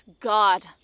God